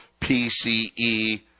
PCE